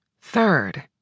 Third